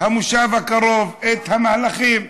המושב הקרוב, את המהלכים.